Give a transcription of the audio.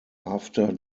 after